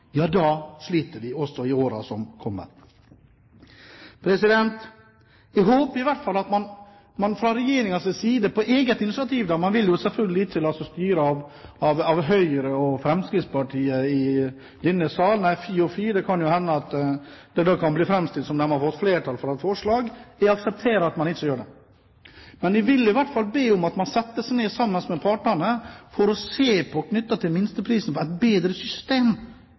sliter vi også i årene som kommer. Jeg håper i hvert fall at man fra Regjeringens side gjør dette på eget initiativ. Man vil jo selvfølgelig ikke la seg styre av Høyre og Fremskrittspartiet i denne sal – nei, fy og fy, det kan jo hende at det da kan bli framstilt som at de har fått flertall for et forslag. Jeg aksepterer at man ikke gjør det. Men jeg vil i hvert fall be om at man setter seg ned sammen med partene for å se på et bedre system knyttet til minsteprisen.